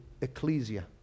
Ecclesia